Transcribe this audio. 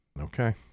okay